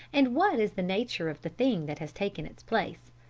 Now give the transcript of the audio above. and what is the nature of the thing that has taken its place?